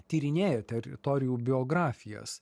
tyrinėja teritorijų biografijas